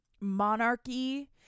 monarchy